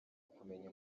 kumenya